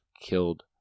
killed